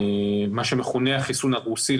מה שמכונה "החיסון הרוסי",